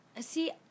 See